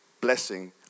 blessing